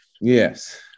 Yes